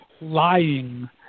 Lying